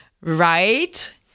right